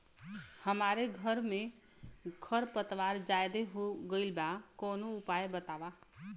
हमरे धान में खर पतवार ज्यादे हो गइल बा कवनो उपाय बतावा?